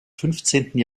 fünfzehnten